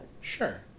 Sure